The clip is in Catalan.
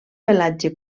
pelatge